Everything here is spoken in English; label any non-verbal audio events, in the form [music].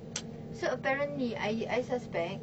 [noise] so apparently I I suspect